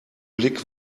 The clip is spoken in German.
blick